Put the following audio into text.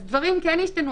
אם כן, דברים כן השתנו.